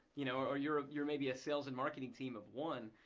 you know or you're you're maybe a sales and marketing team of one,